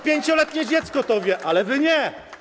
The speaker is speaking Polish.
5-letnie dziecko to wie, ale wy nie.